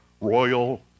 royal